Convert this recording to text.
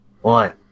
One